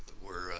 were